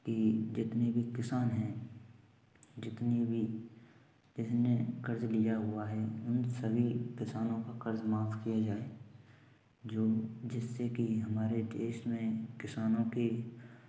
कि जितने भी किसान हैं जितनी भी जिसने कर्ज़ लिया हुआ है उन सभी किसानों का कर्ज़ माफ़ किया जाए जो जिससे कि हमारे देश में किसानों की